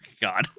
God